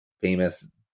famous